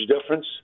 difference